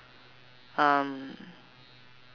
um